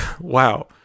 Wow